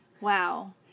Wow